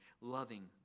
loving